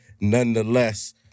Nonetheless